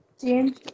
change